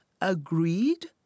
Agreed